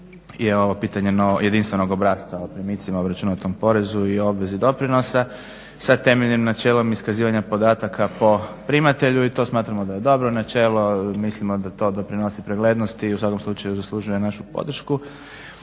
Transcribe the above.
ovo pitanje jedinstvenog obrasca o primicima, obračunatom porezu i obvezi doprinosa sa temeljnim načelom iskazivanja podataka po primatelju i to smatramo da je dobro načelo. Mislimo da to doprinosi preglednosti, u svakom slučaju zaslužuje našu podršku.